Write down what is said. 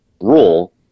rule